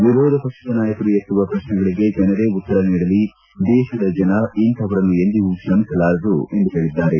ವಿರೋಧ ಪಕ್ಷದ ನಾಯಕರು ಎತ್ತುವ ಪ್ರಶ್ನೆಗಳಿಗೆ ಜನರೇ ಉತ್ತರ ನೀಡಲಿ ದೇಶದ ಜನ ಇಂಥವರನ್ನು ಎಂದಿಗೂ ಕ್ಷಮಿಸಲಾರರು ಎಂದು ಹೇಳಿದ್ದಾರೆ